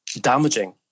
damaging